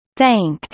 thank